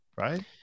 Right